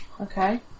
okay